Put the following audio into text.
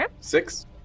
Six